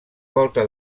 volta